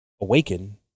awaken